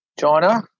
China